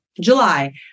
July